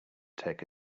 take